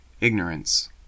Ignorance